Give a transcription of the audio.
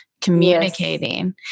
communicating